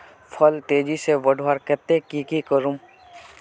फल तेजी से बढ़वार केते की की करूम?